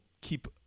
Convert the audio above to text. keep